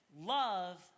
love